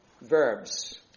verbs